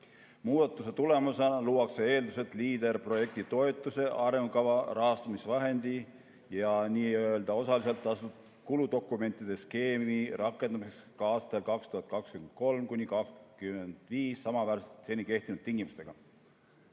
Muudatuse tulemusena luuakse eeldused LEADER‑projektitoetuse, arengukava rahastamisvahendi ja nn osaliselt tasutud kuludokumentide skeemi rakendamiseks ka aastatel 2023–2025 samaväärselt seni kehtinud tingimustega."